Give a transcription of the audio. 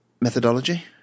methodology